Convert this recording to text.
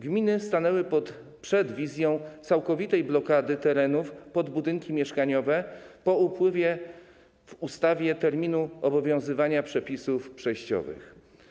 Gminy stanęły przed wizją całkowitej blokady terenów pod budynki mieszkaniowe po upływie terminu obowiązywania przepisów przejściowych.